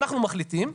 אנחנו מחליטים.